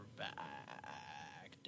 back